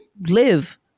live